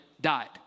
died